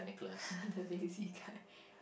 lazy cut